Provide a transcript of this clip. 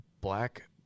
black